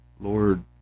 Lord